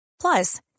Plus